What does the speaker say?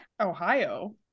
Ohio